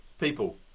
people